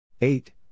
Eight